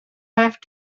have